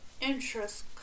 interest